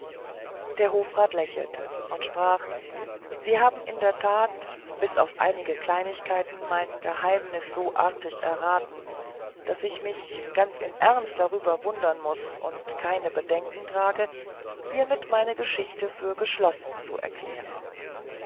der hofrat lächelte und sprach sie haben in der tat bis auf einige kleinigkeiten meine geheimnisse so artig erraten daß ich mich ganz im ernst darüber wundern muß und kein bedenken trage hiemit meine geschichte für geschlossen zu erklären